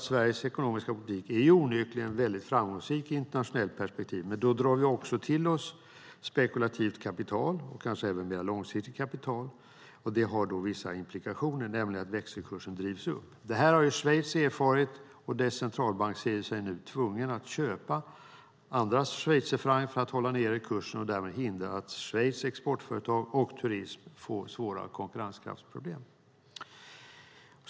Sveriges ekonomiska politik är onekligen väldigt framgångsrik i ett internationellt perspektiv, men därmed drar vi till oss spekulativt kapital - kanske även mer långsiktigt kapital. Det har vissa implikationer, nämligen att växelkursen drivs upp. Det är något som Schweiz har fått erfara, och dess centralbank ser sig nu tvungen att köpa andras schweizerfranc för att hålla nere kursen och därmed hindra att Schweiz exportföretag och turism får svåra konkurrenskraftsproblem.